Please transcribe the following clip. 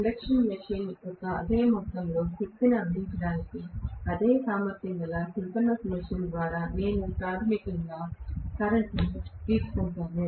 induction machine యొక్క అదే మొత్తంలో శక్తిని అందించడానికి అదే సామర్థ్యం గల సింక్రోనస్ మెషీన్ ద్వారా నేను ప్రాథమికంగా తక్కువ కరెంట్ తీసుకుంటాను